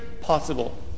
possible